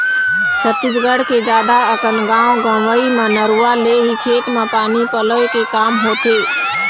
छत्तीसगढ़ के जादा अकन गाँव गंवई म नरूवा ले ही खेत म पानी पलोय के काम होथे